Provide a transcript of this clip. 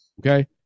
Okay